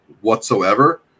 whatsoever